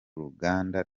ruganda